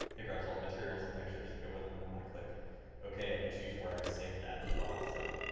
it grabs all the materials and textures that go with them. and then when i click okay, i can choose where i save that as well. so,